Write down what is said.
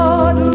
Lord